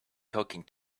talking